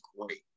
great